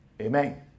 Amen